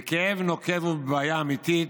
בכאב נוקב ובבעיה אמיתית,